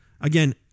again